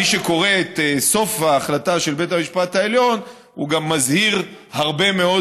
מי שקורא את סוף ההחלטה של בית המשפט העליון הוא גם מזהיר הרבה מאוד